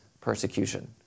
persecution